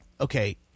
okay